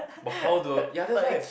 but how do ya that's why